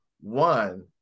One